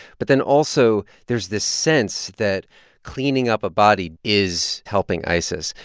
but then also there's this sense that cleaning up a body is helping isis.